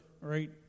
Right